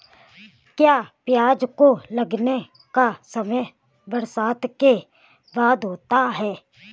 क्या प्याज को लगाने का समय बरसात के बाद होता है?